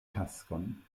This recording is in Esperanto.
taskon